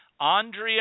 Andrea